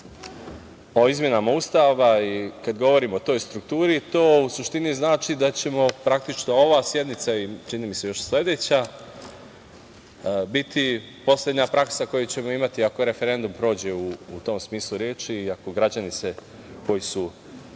o izmenama Ustava. Kad govorimo o toj strukturi to u suštini znači da će ova sednica i još sledeća biti poslednja praksa koju ćemo imati, ako referendum prođe u tom smislu reči i ako se građani, koji su